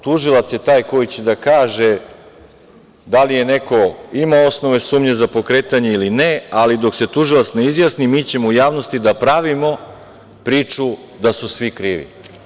Tužilac je taj koji će da kaže da li neko ima osnovne sumnje za pokretanje ili ne, ali dok se tužilac ne izjasni mi ćemo u javnosti da pravimo priču da su svi krivi.